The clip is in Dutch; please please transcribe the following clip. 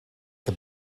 heb